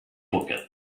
pocket